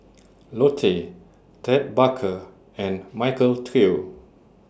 Lotte Ted Baker and Michael Trio